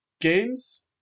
games